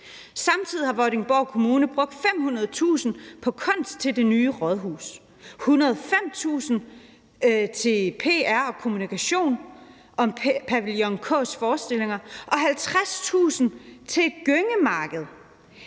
Samtidig har Vordingborg Kommune brugt 500.000 kr. på kunst til det nye rådhus, 105.000 kr. til pr og kommunikation om Pavillon K's forestillinger, 50.000 kr. til et Gøngemarked,